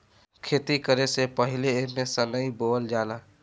खेती करे से पहिले एमे सनइ बोअल जाला